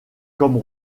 comme